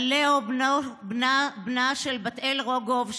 על בנה של בת אל רוגוב,